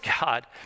God